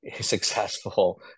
successful